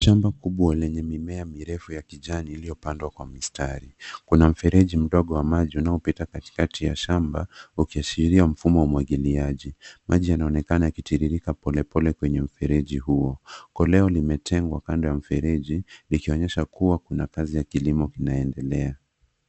Shamba kubwa lenye mimea mirefu ya kijani iliyopandwa kwa mistari. Kuna mfereji mdogo wa maji unaopita katikati ya shamba ukiashiria mfumo wa umwagiliaji. Maji yanaonekana yakitiririka polepole kwenye mfereji huo. Koleo limetengwa kando ya mfereji, likionyesha kuwa kuna kazi ya kilimo kinaendelea.